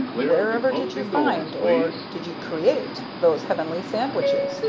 whenever did you find or did you create those heavenly sandwiches?